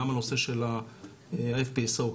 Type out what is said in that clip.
גם הנושא של ה- FPSO,